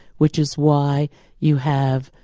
which is why you have,